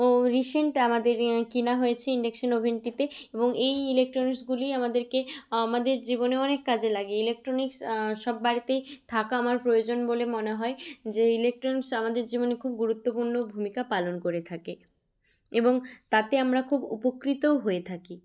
ও recent আমাদের কিনা হয়েছে ইন্ডাকশান ওভেনটিতে এবং এই ইলেকট্রনিক্সগুলিই আমাদেরকে আমাদের জীবনে অনেক কাজে লাগে ইলেকট্রনিক্স সব বাড়িতেই থাকা আমার প্রয়োজন বলে মনে হয় যে ইলেকট্রনিক্স আমাদের জীবনে খুব গুরুত্বপূর্ণ ভূমিকা পালন করে থাকে এবং তাতে আমরা খুব উপকৃতও হয়ে থাকি